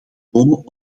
volkomen